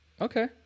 Okay